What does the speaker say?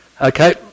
Okay